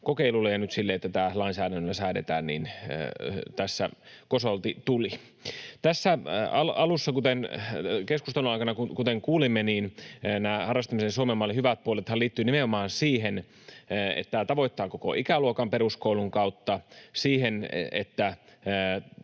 kokeilulle ja nyt sille, että tämä lainsäädännöllä säädetään, tässä kosolti tuli. Kuten keskustelun aikana kuulimme, nämä harrastamisen Suomen mallin hyvät puolethan liittyvät nimenomaan siihen, että tämä tavoittaa koko ikäluokan peruskoulun kautta, siihen, että